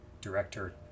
director